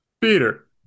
Peter